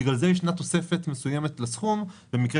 בגלל זה ישנה תוספת מסוימת לסכום במקרה